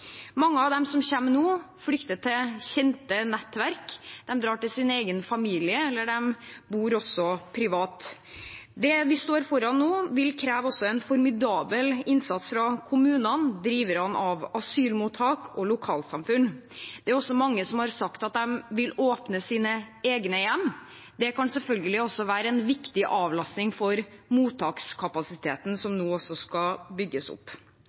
Mange av dem som kommer nå, flykter til kjente nettverk. De drar til sin egen familie, eller de bor privat. Det vi står foran nå, vil også kreve en formidabel innsats fra kommunene, driverne av asylmottak og lokalsamfunn. Det er også mange som har sagt at de vil åpne sine egne hjem. Det kan selvfølgelig også være en viktig avlastning for mottakskapasiteten, som nå skal bygges opp.